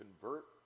convert